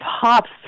Pops